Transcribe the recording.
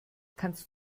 kannst